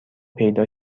پیدا